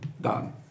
done